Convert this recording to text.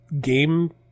game